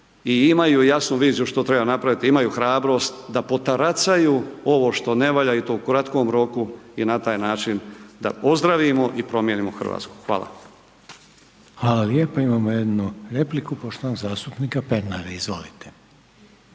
i imaju jasnu viziju što treba napraviti, imaju hrabrost da potaracaju ovo što ne valja i to u kratkom roku i na taj način da ozdravimo i promijenimo Hrvatsku. Hvala. **Reiner, Željko (HDZ)** Hvala lijepa. Imamo jednu repliku poštovanog zastupnika Pernara, izvolite.